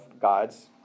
God's